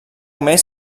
més